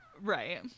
Right